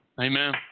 Amen